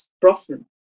Brosnan